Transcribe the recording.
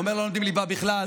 הוא אומר: לא לומדים ליבה בכלל,